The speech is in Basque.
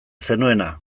zenuena